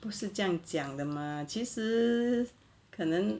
不是这样讲的 mah 其实可能